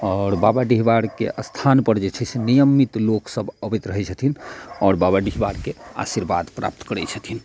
आओर बाबा डिहबारके स्थानपर जे छै से नियमित लोक सब अबैत रहै छथिन आओर बाबा डिहबारके आशीर्वाद प्राप्त करै छथिन